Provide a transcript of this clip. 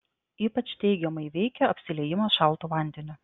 ypač teigiamai veikia apsiliejimas šaltu vandeniu